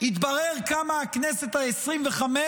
יתברר כמה הכנסת העשרים-וחמש